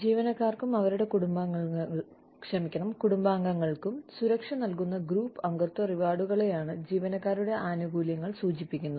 ജീവനക്കാർക്കും അവരുടെ കുടുംബാംഗങ്ങൾക്കും സുരക്ഷ നൽകുന്ന ഗ്രൂപ്പ് അംഗത്വ റിവാർഡുകളെയാണ് ജീവനക്കാരുടെ ആനുകൂല്യങ്ങൾ സൂചിപ്പിക്കുന്നത്